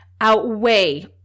outweigh